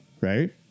right